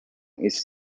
its